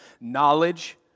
knowledge